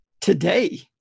today